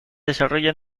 desarrolla